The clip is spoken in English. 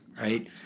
right